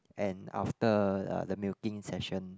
and after uh the milking session